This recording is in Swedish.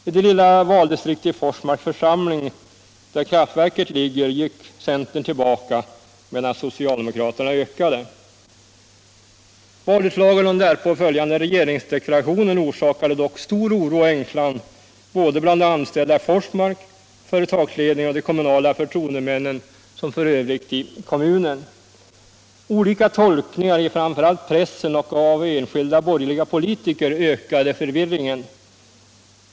I det lilla valdistriktet i Forsmarks församling, där kraftverket ligger, gick centern tillbaka medan socialdemokraterna ökade. Valutslaget och den därpå följande regeringsdeklarationen orsakade dock stor oro och ängslan bland de anställda i Forsmark, inom företagsledningen, hos de kommunala förtroendemännen och inom kommunen i övrigt. Olika tolkningar i framför allt pressen och av enskilda borgerliga politiker ökade förvirringen.